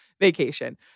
vacation